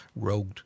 rogued